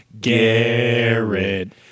Garrett